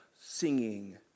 singing